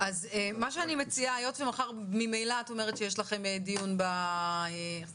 היות ומחר את אומרת שיש לכם דיון בצט"ם,